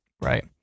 Right